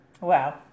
Wow